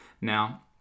Now